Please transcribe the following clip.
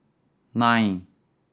nine